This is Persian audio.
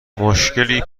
مشکلی